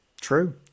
True